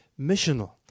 missional